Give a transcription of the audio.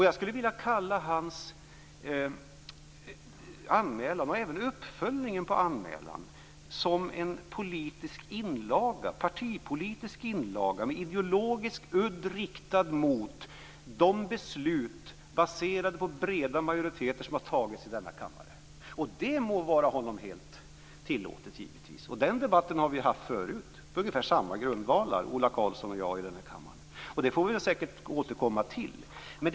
Jag ser hans anmälan, och även uppföljningen på anmälan, som en partipolitisk inlaga med ideologisk udd riktad mot de beslut, baserad på breda majoriteter, som antagits i denna kammare. Det må vara honom helt tillåtet. Ola Karlsson och jag har på samma grundvalar haft den debatten förut i kammaren. Vi får säkert återkomma till den debatten.